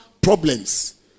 problems